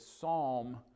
psalm